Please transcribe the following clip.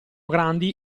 grandi